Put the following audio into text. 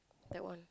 that one